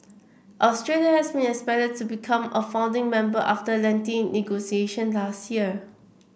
Australia has been expected to become a founding member after lengthy negotiation last year